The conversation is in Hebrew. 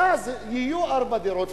ואז יהיו ארבע דירות,